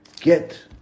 get